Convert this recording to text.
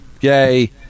Yay